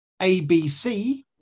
ABC